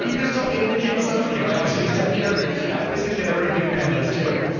and just told me every kid in summer camp wants to be steph curry. i always think that every big man does too.